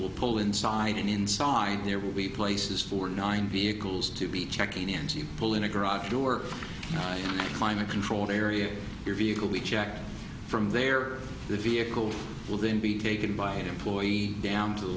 will pull inside and inside there will be places for nine vehicles to be checking in so you pull in a garage door on a climate controlled area your vehicle be checked from there the vehicle will then be taken by an employee down to